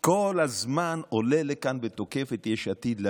כל הזמן עולה לכאן ותוקף את יש עתיד.